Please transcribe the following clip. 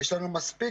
יש לנו מספיק